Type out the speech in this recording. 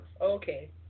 Okay